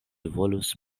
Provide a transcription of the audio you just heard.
volus